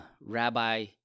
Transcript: rabbi